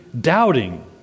doubting